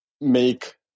make